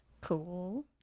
Cool